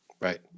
Right